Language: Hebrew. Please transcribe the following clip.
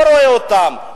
לא רואה אותם,